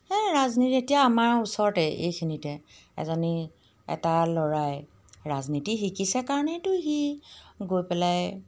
সেই ৰাজনীতি এতিয়া আমাৰ ওচৰতে এইখিনিতে এজনী এটা ল'ৰাই ৰাজনীতি শিকিছে কাৰণেতো সি গৈ পেলাই